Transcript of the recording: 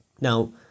Now